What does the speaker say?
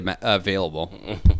available